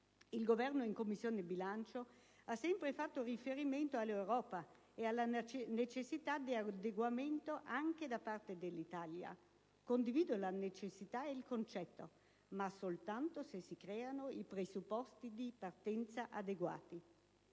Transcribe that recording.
Il Governo in Commissione bilancio ha sempre fatto riferimento all'Europa e alla necessità di adeguamento anche da parte dell'Italia. Condivido la necessità ed il concetto, ma soltanto se si creano i presupposti di partenza adeguati.